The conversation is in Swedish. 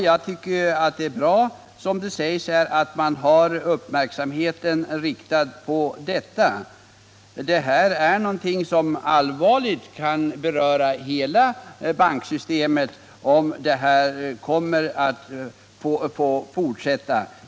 Jag tycker att det är bra att man, som det sägs i svaret, har uppmärksamheten riktad på detta problem. Det kan ju allvarligt beröra hela banksystemet, om specialinlåningen får fortsätta.